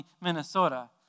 Minnesota